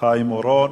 חיים אורון.